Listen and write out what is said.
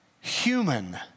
human